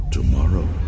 Tomorrow